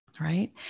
Right